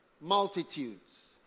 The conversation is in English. multitudes